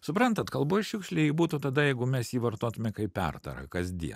suprantat kalboj šiukšlė ji būtų tada jeigu mes jį vartotume kaip pertarą kasdien